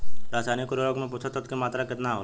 रसायनिक उर्वरक मे पोषक तत्व के मात्रा केतना होला?